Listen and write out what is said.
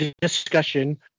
discussion